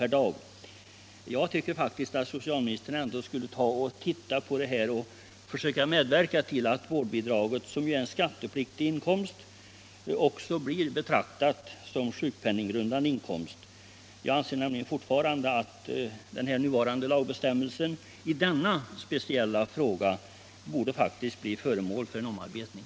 per dag. Jag tycker faktiskt att socialministern borde undersöka detta och försöka medverka till att vårdbidraget, som ju är en skattepliktig inkomst, också blir betraktat som sjukpenninggrundande inkomst. Jag anser nämligen fortfarande att den nuvarande lagbestämmelsen i denna speciella fråga borde bli föremål för omprövning.